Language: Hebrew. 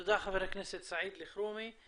תודה, חבר הכנסת סעיד אלחרומי.